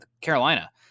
Carolina